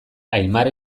aimara